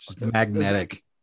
magnetic